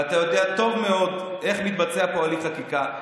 ואתה יודע טוב מאוד איך מתבצע פה הליך חקיקה.